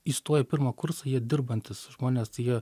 įstoję į pirmą kursą jie dirbantys žmonės tai jie